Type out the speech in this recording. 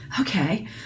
okay